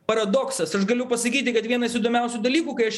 paradoksas aš galiu pasakyti kad vienas įdomiausių dalykų kai aš